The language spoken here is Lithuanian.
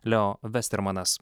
leo vestermanas